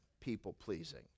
people-pleasing